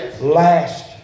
Last